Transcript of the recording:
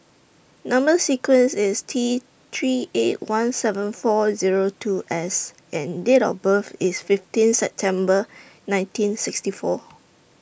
Number sequence IS T three eight one seven four Zero two S and Date of birth IS fifteen September nineteen sixty four